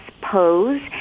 pose